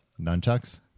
Nunchucks